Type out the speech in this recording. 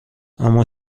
اِما